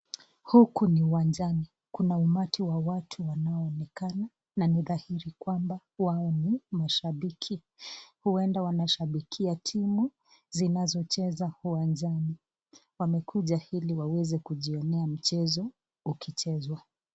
Huku ni uwanjani. Kuna umati wa watu wanaonekana na ni dhahiri kwamba wao ni mashabiki. Huenda wanashabikia timu zinazocheza uwanjani. Wamekuja ili waweze kujionea mchezo ukichezwa.